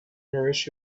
nourish